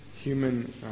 human